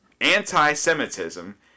anti-Semitism